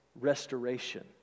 Restoration